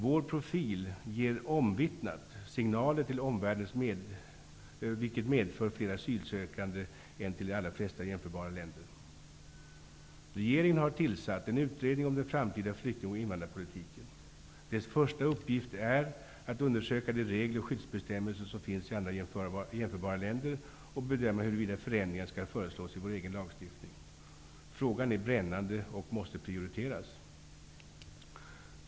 Vår profil ger omvittnat signaler till omvärlden som medför att fler asylsökande kommer hit än till de allra flesta jämförbara länder. Regeringen har tillsatt en utredning om den framtida flykting och invandrarpolitiken. Den skall ju börja med att undersöka de regler och skyddsbestämmelser som finns i andra jämförbara länder och bedöma huruvida förändringar skall föreslås i vår egen lagstiftning. Frågan är brännande och måste prioriteras.